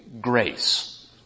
grace